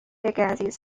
agassiz